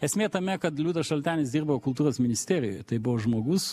esmė tame kad liudas šaltenis dirbo kultūros ministerijoje tai buvo žmogus